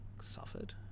suffered